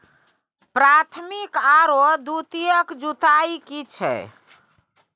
प्राथमिक आरो द्वितीयक जुताई की छिये?